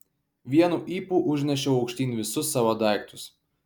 vienu ypu užnešiau aukštyn visus savo daiktus